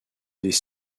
des